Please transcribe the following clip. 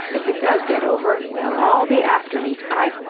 if it does get over, they'll all be after me. i.